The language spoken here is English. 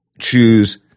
choose